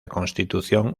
constitución